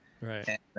Right